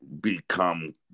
become